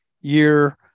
year